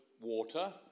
water